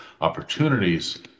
opportunities